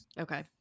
Okay